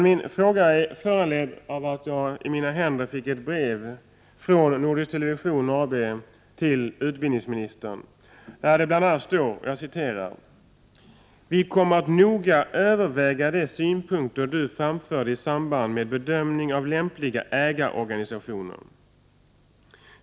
Min fråga är föranledd av att jag fick i mina händer ett brev från Nordisk Television AB till utbildningsministern där det heter bl.a.: ”Vi kommer att noga överväga de synpunkter Du framförde i samband med bedömning av den lämpliga ägarorganisationen.